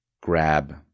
grab